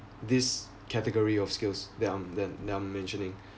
this category of skills that I'm that I'm mentioning